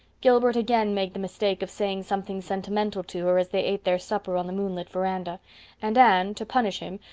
gilbert again made the mistake of saying something sentimental to her as they ate their supper on the moonlit verandah and anne, to punish him,